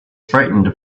frightened